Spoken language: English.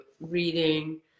reading